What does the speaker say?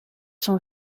son